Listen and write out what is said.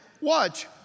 watch